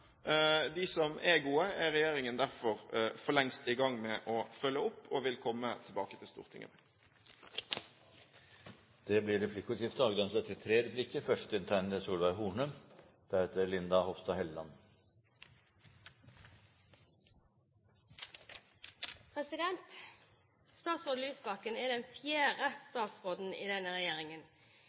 De som er gode, er regjeringen derfor for lengst i gang med å følge opp og vil komme tilbake til Stortinget. Det blir replikkordskifte.